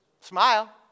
Smile